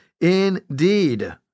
indeed